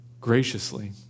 graciously